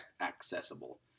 accessible